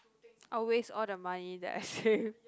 I will waste all the money that I save